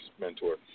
mentor